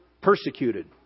persecuted